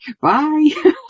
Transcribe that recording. Bye